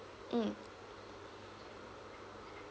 mm